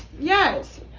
Yes